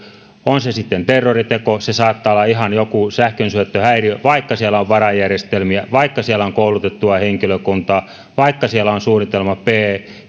on se sitten terroriteko tai ihan joku sähkönsyöttöhäiriö niin vaikka siellä on varajärjestelmiä vaikka siellä on koulutettua henkilökuntaa vaikka siellä on suunnitelma b